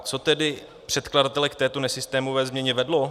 Co tedy předkladatele k této nesystémové změně vedlo?